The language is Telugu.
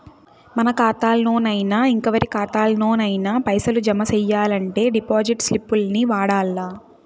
మన కాతాల్లోనయినా, ఇంకెవరి కాతాల్లోనయినా పైసలు జమ సెయ్యాలంటే డిపాజిట్ స్లిప్పుల్ని వాడల్ల